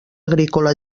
agrícola